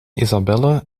isabelle